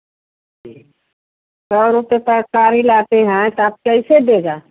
सौ रुपये तरकारी लाते हैं तो आप कैसे देगा